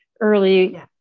early